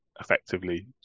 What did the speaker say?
effectively